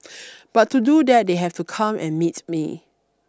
but to do that they have to come and meets me